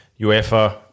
UEFA